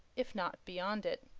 if not beyond it.